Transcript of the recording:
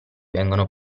vengono